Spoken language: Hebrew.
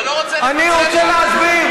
אתה לא רוצה לפצל?